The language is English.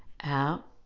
out